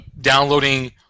downloading